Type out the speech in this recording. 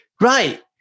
Right